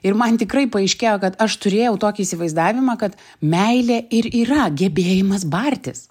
ir man tikrai paaiškėjo kad aš turėjau tokį įsivaizdavimą kad meilė ir yra gebėjimas bartis